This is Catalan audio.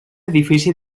edifici